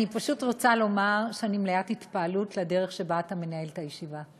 אני פשוט רוצה לומר שאני מלאת התפעלות מהדרך שבה אתה מנהל את הישיבה.